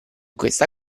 questa